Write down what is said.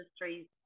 industries